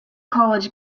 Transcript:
college